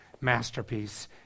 masterpiece